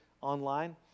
online